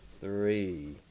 three